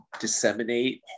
disseminate